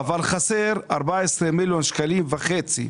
אבל חסר 14.5 מיליון שקלים.